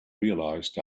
realized